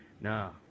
No